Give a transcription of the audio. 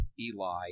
Eli